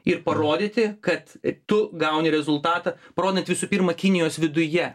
ir parodyti kad tu gauni rezultatą parodant visų pirma kinijos viduje